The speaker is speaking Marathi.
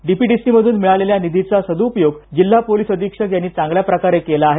डीपीडीसीमधून मिळालेल्या निधीचा सद्पयोग जिल्हा पोलीस अधिक्षक यांनी चांगल्या प्रकारे केला आहे